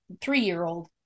three-year-old